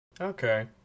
Okay